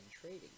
trading